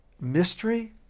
mystery